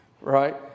Right